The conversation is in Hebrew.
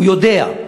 הוא יודע.